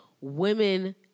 women